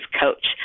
coach